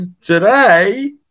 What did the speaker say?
Today